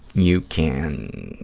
you can,